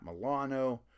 Milano